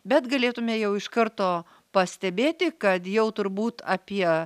bet galėtume jau iš karto pastebėti kad jau turbūt apie